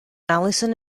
allison